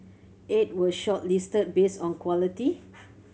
eight were shortlisted based on quality